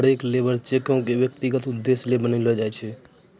हरेक लेबर चेको क व्यक्तिगत उद्देश्य ल बनैलो जाय छै